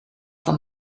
van